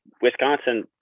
Wisconsin